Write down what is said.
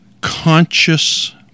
conscious